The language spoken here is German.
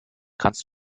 kannst